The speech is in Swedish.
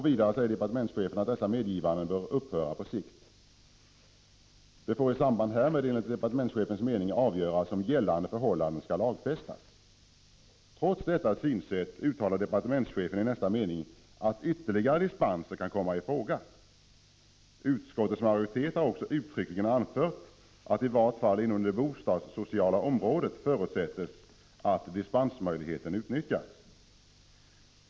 Vidare säger departementschefen, att dessa medgivanden bör upphöra på sikt. Det får i samband härmed enligt departementschefens mening avgöras om gällande förhållanden skall lagfästas. Trots detta synsätt uttalar departementschefen i nästa mening att ytterligare dispenser kan komma i fråga. Utskottets majoritet har också uttryckligen anfört att det i vart fall inom det bostadssociala området förutsätts att dispensmöjligheten utnyttjas.